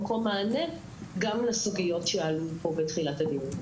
מענה גם לסוגיות שעלו בתחילת הדיון.